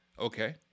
Okay